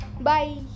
bye